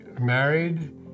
married